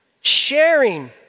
Sharing